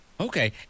Okay